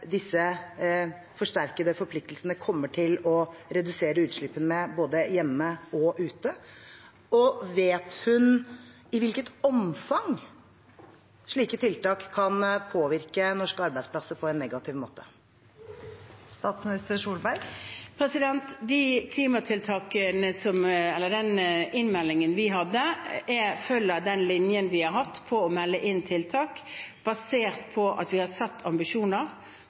disse forsterkede forpliktelsene kommer til å redusere utslippene med både hjemme og ute? Og vet hun i hvilket omfang slike tiltak kan påvirke norske arbeidsplasser på en negativ måte? Den innmeldingen vi hadde, følger den linjen vi har hatt på å melde inn tiltak basert på at vi har hatt ambisjoner,